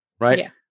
Right